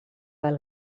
del